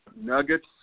Nuggets